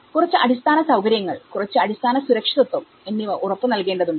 കുറച്ചു അടിസ്ഥാന സൌകര്യങ്ങൾ കുറച്ച് അടിസ്ഥാന സുരക്ഷിതത്വം എന്നിവ ഉറപ്പ് നൽകേണ്ടതുണ്ട്